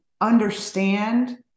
understand